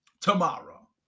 tomorrow